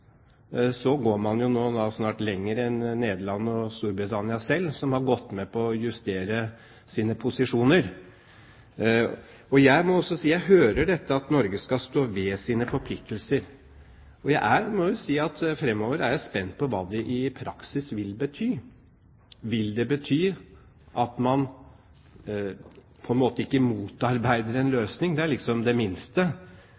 går man snart lenger enn Nederland og Storbritannia selv, som har gått med på å justere sine posisjoner. Jeg må si at jeg også hører at Norge skal stå ved sine forpliktelser. Jeg må si at jeg framover er spent på hva det i praksis vil bety. Vil det bety at man ikke motarbeider en løsning? Det er det minste. Spørsmålet er i hvilken grad man vil være en